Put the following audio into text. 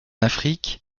afrique